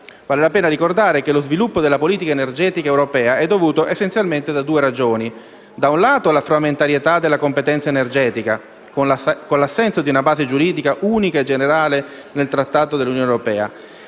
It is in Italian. Vale la pena ricordare che lo sviluppo della politica energetica europea è dovuto essenzialmente a due ragioni: da un lato deriva dalla frammentarietà della competenza energetica, con l'assenza di una base giuridica unica e generale nel Trattato dell'Unione europea